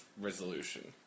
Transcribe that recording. resolution